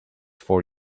for